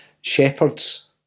Shepherds